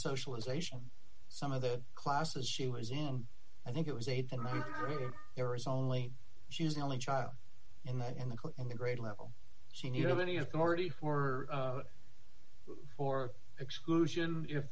socialization some of the classes she was in i think it was eight and there was only she was the only child in that in the cult and the grade level she knew of any authority horror or exclusion if